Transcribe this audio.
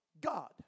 God